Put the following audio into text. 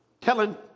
telling